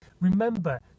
Remember